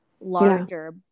larger